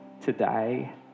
today